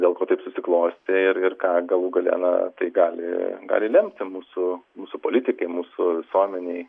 dėl ko taip susiklostė ir ir ką galų gale na tai gali gali lemti mūsų mūsų politikai mūsų visuomenei